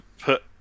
put